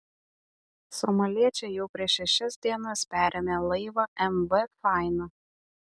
somaliečiai jau prieš šešias dienas perėmė laivą mv faina